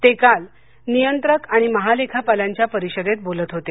ते काल नियंत्रक आणि महालेखापालांच्या परिषदेत बोलत होते